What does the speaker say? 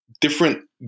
different